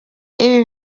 ibi